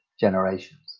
generations